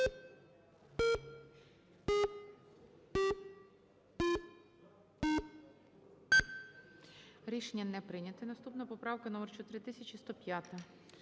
Рішення не прийнято. Наступна поправка - номер 4105.